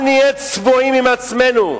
אל נהיה צבועים עם עצמנו.